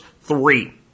Three